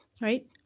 Right